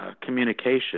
communication